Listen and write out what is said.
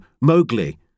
Mowgli